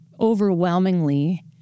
overwhelmingly